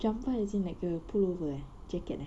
jumper as in like the pullover ah jacket ah